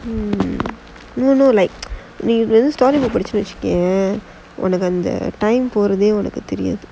mmhmm no no like நீ வந்து:nee vanthu story book படிச்சேன்னு வச்சுக்கோயே உனக்கு வந்து:paadichaennu vacchukkoyae unakku vanthu time போறதே உனக்கு தெரியாது:porathae unakku theriyaathu